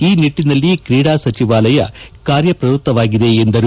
ಈ ನಿಟ್ಟನಲ್ಲಿ ಕ್ರೀಡಾ ಸಚಿವಾಲಯ ಕಾರ್ಯಪ್ರವೃತ್ತವಾಗಿದೆ ಎಂದರು